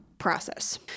Process